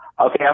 Okay